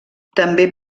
també